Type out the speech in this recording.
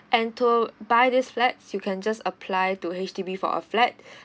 and to buy this flats you can just apply to H_D_B for a flat